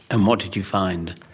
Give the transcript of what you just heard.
and what did you find?